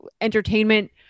entertainment